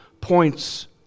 points